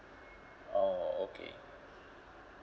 oh okay